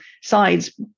sides